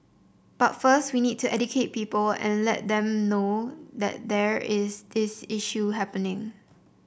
but first we need to educate people and let them know that there is this issue happening